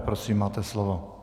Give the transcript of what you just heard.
Prosím, máte slovo.